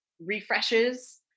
refreshes